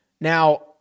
Now